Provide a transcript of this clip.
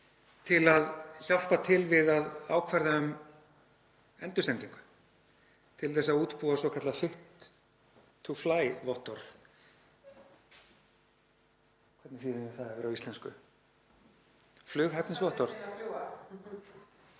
til að hjálpa til við að ákvarða um endursendingu, til að útbúa svokallað „fit to fly“-vottorð — hvernig þýðum við það á íslensku, flughæfnisvottorð?